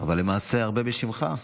אבל למעשה הרבה בשמך,